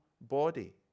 body